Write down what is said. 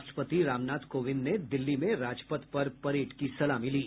राष्ट्रपति रामनाथ कोविंद ने दिल्ली में राजपथ पर परेड की सलामी ली